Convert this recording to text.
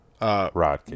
rod